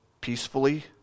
peacefully